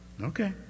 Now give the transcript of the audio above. Okay